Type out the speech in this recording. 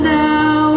now